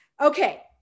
Okay